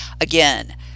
Again